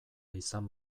izan